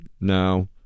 No